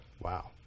Wow